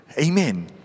Amen